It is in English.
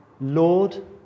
Lord